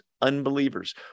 unbelievers